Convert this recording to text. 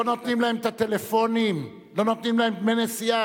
לא נותנים להם טלפונים, לא נותנים להם דמי נסיעה.